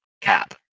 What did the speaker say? cap